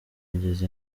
ageza